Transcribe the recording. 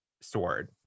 sword